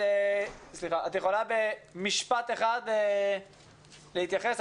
את יכולה במשפט אחד להתייחס,